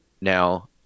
now